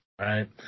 Right